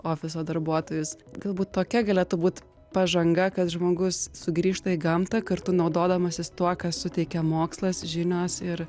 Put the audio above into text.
ofiso darbuotojus galbūt tokia galėtų būt pažanga kad žmogus sugrįžta į gamtą kartu naudodamasis tuo ką suteikia mokslas žinios ir